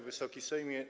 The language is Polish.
Wysoki Sejmie!